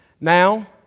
Now